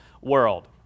world